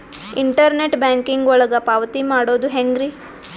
Internet banking ಒಳಗ ಪಾವತಿ ಮಾಡೋದು ಹೆಂಗ್ರಿ?